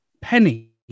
penny